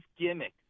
gimmicks